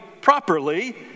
properly